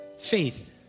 faith